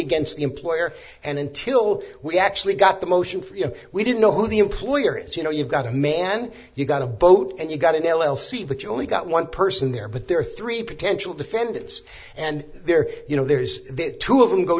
against the employer and until we actually got the motion for you know we didn't know who the employer is you know you've got a man you've got a boat and you've got an l l c but you only got one person there but there are three potential defendants and there you know there's the two of them go